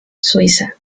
suiza